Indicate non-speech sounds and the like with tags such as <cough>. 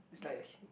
it's like <breath>